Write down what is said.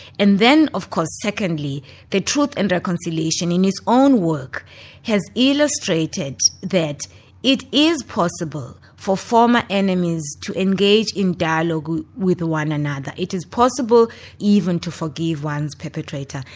and then of course secondly the truth and reconciliation is its own work has illustrated that it is possible for former enemies to engage in dialogue with one another. it is possible even to forgive one's perpetrator.